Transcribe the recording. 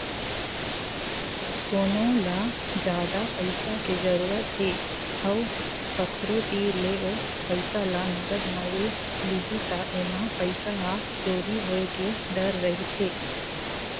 कोनो ल जादा पइसा के जरूरत हे अउ कखरो तीर ले ओ पइसा ल नगद म ले लिही त एमा पइसा ह चोरी होए के डर रहिथे